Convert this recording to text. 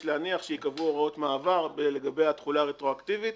להניח שיקבעו הוראות מעבר לגבי התחולה הרטרואקטיבית